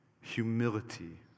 Humility